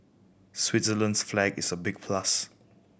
Switzerland's flag is a big plus